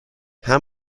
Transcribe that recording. how